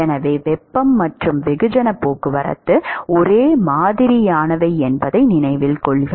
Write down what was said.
எனவே வெப்பம் மற்றும் வெகுஜன போக்குவரத்து ஒரே மாதிரியானவை என்பதை நினைவில் கொள்க